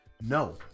no